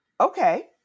Okay